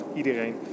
iedereen